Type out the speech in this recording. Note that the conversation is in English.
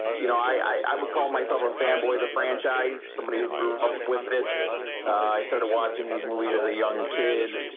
you know, i i would call myself a fanboy the franchise somebody who grew up with it i started watching these movies as a young kid